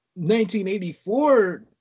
1984